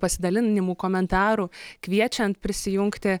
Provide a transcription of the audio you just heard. pasidalinimų komentarų kviečiant prisijungti